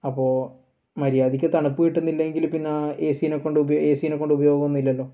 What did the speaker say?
അപ്പോൾ മര്യാദക്ക് തണുപ്പ് കിട്ടുന്നില്ലെങ്കിൽ പിന്നെ എ സിനെ കൊണ്ട് ഉപ് എ സിനെ കൊണ്ട് ഉപയോഗം ഒന്നും ഇല്ലല്ലോ